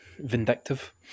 Vindictive